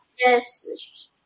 Yes